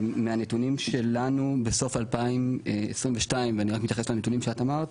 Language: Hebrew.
מהנתונים שלנו בסוף 2022 ואני רק מתייחס לנתונים שאת אמרת,